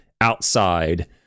outside